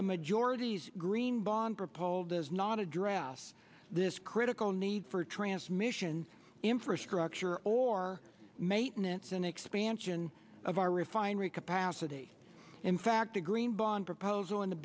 the majorities green bond proposal does not address this critical need for transmission infrastructure or maintenance and expansion of our refinery capacity in fact a green bond proposal in the